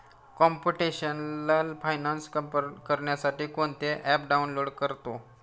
computational finance करण्यासाठी कोणते app download करतो